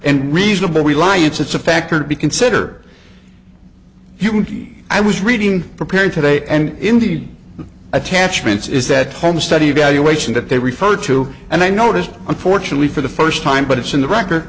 and reasonable reliance it's a factor to be consider yuki i was reading prepared today and indeed attachments is that home study evaluation that they referred to and i noticed unfortunately for the first time but it's in the record